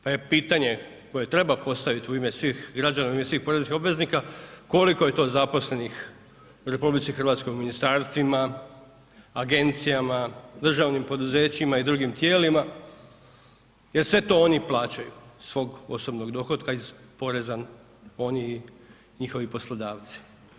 Pa je pitanje koje treba postaviti u ime svih građana u ime svih poreznih obveznika koliko je to zaposlenih u RH u ministarstvima, agencijama, državnim poduzećima i drugim tijelima jer sve to oni plaćaju iz svog osobnog dohotka iz poreza oni i njihovi poslodavci.